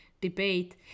debate